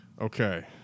Okay